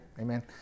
Amen